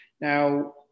Now